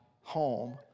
home